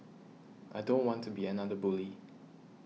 I don't want to be another bully